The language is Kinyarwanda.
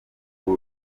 cool